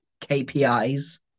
KPIs